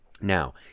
Now